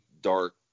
dark